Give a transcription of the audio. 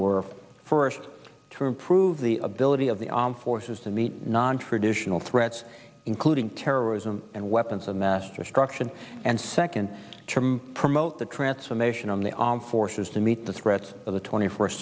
were first to improve the ability of the armed forces to meet nontraditional threats including terrorism and weapons of mass destruction and second term promote the transformation on the armed forces to meet the threats of the twenty first